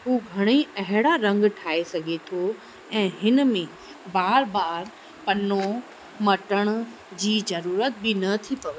हू घणेई अहिड़ा रंग ठाहे सघे थो ऐं हिन में बार बार पनो मटण जी ज़रूरत बि न थी पवे